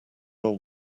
old